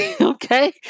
Okay